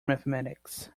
mathematics